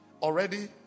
already